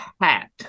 hat